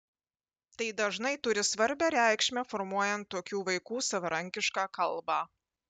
tai dažnai turi svarbią reikšmę formuojant tokių vaikų savarankišką kalbą